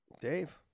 dave